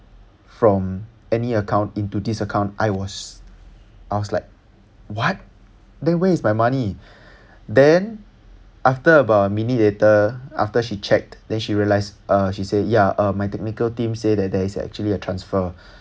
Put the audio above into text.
from any account into this account I was I was like what then where is my money then after about a minute later after she checked then she realised uh she say ya uh my technical team say that there is actually a transfer